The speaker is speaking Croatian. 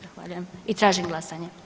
Zahvaljujem i tražim glasanje.